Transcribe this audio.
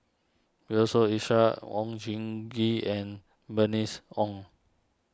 Yusof Ishak Oon Jin Gee and Bernice Ong